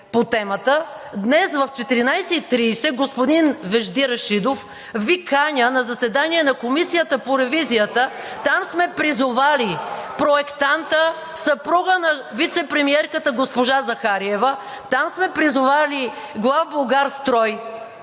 по темата, днес в 14,30 ч., господин Вежди Рашидов, Ви каня на заседание на Комисията по ревизията. Там сме призовали проектанта – съпругът на вицепремиерката госпожа Захариева; там сме призовали „Главболгарстрой“,